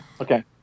Okay